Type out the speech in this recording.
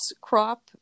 crop